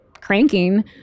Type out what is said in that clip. cranking